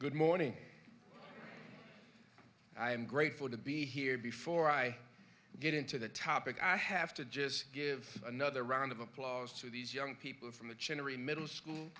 good morning i am grateful to be here before i get into the topic i have to just give another round of applause to these young people from the chinnery middle school